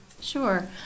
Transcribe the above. Sure